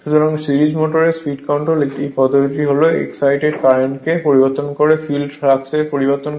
সুতরাং সিরিজ মোটরের স্পীড কন্ট্রোলের এই পদ্ধতিটি হল এক্সাইটেড কারেন্টকে পরিবর্তন করে ফিল্ড ফ্লাক্সের পরিবর্তন করা